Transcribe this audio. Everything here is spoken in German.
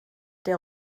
der